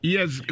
Yes